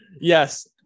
Yes